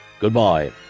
goodbye